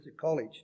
college